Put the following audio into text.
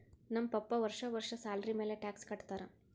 ನಮ್ ಪಪ್ಪಾ ವರ್ಷಾ ವರ್ಷಾ ಸ್ಯಾಲರಿ ಮ್ಯಾಲ ಟ್ಯಾಕ್ಸ್ ಕಟ್ಟತ್ತಾರ